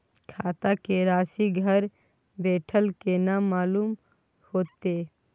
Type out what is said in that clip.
खाता के राशि घर बेठल केना मालूम होते?